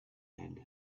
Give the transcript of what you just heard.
had